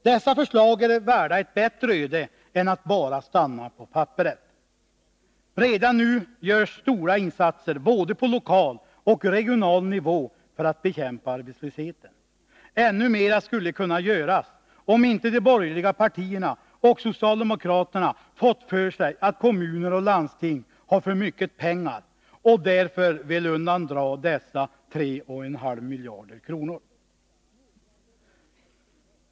Dessa förslag är värda ett bättre öde än att bara stanna på papperet. Redan nu görs stora insatser på både lokal och regional nivå för att bekämpa arbetslösheten. Ännu mera skulle kunna göras, om inte de borgerliga partierna och socialdemokraterna fått för sig att kommuner och landsting har för mycket pengar och därför vill undandra dessa 3,5 miljarder kronor.